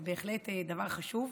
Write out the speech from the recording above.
זה בהחלט דבר חשוב.